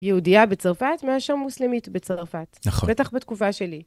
יהודייה בצרפת מאשר מוסלמית בצרפת. נכון. בטח בתקופה שלי.